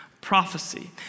prophecy